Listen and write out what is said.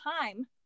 time